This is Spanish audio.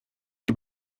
que